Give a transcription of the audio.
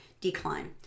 decline